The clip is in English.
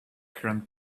current